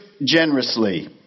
generously